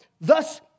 Thus